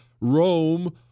Rome